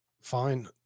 fine